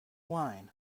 wine